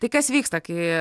tai kas vyksta kai